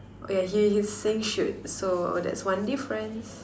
oh yeah he he's saying shoot so that's one difference